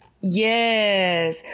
Yes